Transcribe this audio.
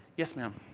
yes, ma'am.